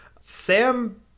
Sam